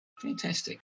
Fantastic